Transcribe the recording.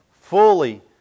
fully